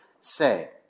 say